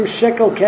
shekel